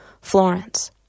Florence